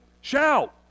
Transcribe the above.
shout